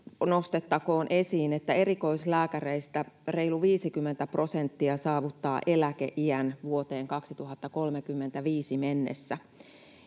nostettakoon esiin, että erikoislääkäreistä reilu 50 prosenttia saavuttaa eläkeiän vuoteen 2035 mennessä.